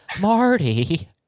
Marty